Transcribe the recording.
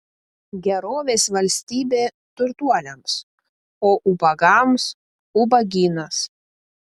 gerovės valstybė turtuoliams o ubagams ubagynas